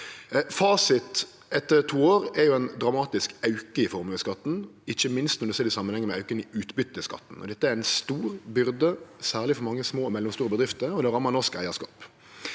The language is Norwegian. Fasiten etter to år er ein dramatisk auke i formuesskatten, ikkje minst når ein ser det i samanheng med auken i utbyteskatten. Dette er ei stor byrde, særleg for mange små og mellomstore bedrifter, og det rammar norsk eigarskap.